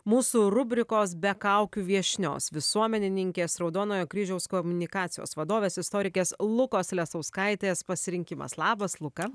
mūsų rubrikos be kaukių viešnios visuomenininkės raudonojo kryžiaus komunikacijos vadovės istorikės lukos lesauskaitės pasirinkimas labas luka